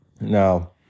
now